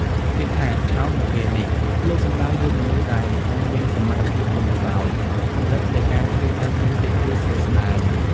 ពាក្យថា ឆោត នៅពេលនេះ លោកសំដៅយកមនុស្សដែលល្ងង់ មានសមត្ថភាពទន់ខ្សោយ កម្រិតនៃការយល់ដឹងមានតិចតួចស្ដួចស្ដើង ។